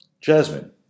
Jasmine